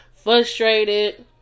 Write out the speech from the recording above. frustrated